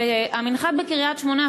המנחת בקריית-שמונה,